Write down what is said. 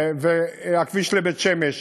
הכביש לבית-שמש,